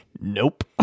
Nope